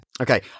Okay